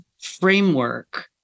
framework